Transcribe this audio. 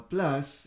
Plus